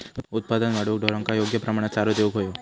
उत्पादन वाढवूक ढोरांका योग्य प्रमाणात चारो देऊक व्हयो